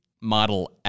model